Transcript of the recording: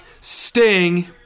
Sting